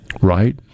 right